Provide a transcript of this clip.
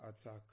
attack